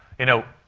you know,